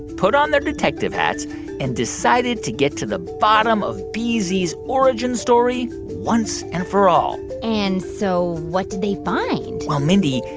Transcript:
put on their detective hats and decided to get to the bottom of bee-zee's origin story once and for all and so what did they find? well, mindy,